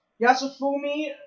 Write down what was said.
Yasufumi